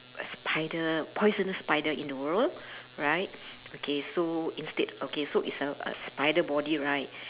spider poisonous spider in the world right okay so instead okay so it's a a spider body right